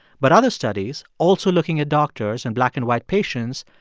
but other studies, also looking at doctors and black and white patients,